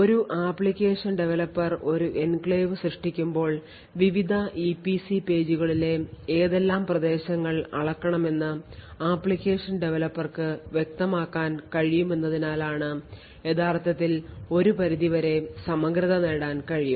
ഒരു application developer ഒരു enclave സൃഷ്ടിക്കുമ്പോൾ വിവിധ ഇപിസി പേജുകളിലെ ഏതെല്ലാം പ്രദേശങ്ങൾ അളക്കണമെന്ന് ആപ്ലിക്കേഷൻ ഡവലപ്പർക്ക് വ്യക്തമാക്കാൻ കഴിയുമെന്നതിനാലാണ് യഥാർത്ഥത്തിൽ ഒരു പരിധിവരെ സമഗ്രത നേടാൻ കഴിയുന്നത്